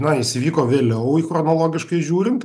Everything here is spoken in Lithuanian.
na jis įvyko vėliau jį chronologiškai žiūrint